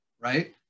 right